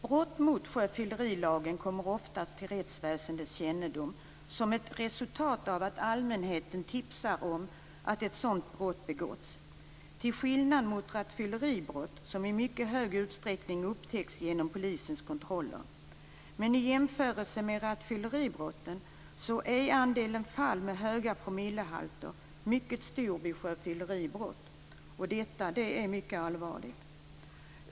Brott mot sjöfyllerilagen kommer oftast till rättsväsendets kännedom som ett resultat av att allmänheten tipsat om att ett sådant brott begåtts, till skillnad mot rattfylleribrott som i mycket stor utsträckning upptäcks genom polisens kontroller. Men i jämförelse med rattfylleribrotten är andelen fall med höga promillehalter mycket stor vid sjöfylleribrott, och detta är mycket allvarligt.